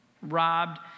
robbed